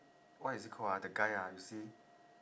what is he called ah the guy ah you see